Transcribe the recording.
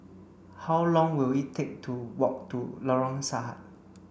how long will it take to walk to Lorong Sahad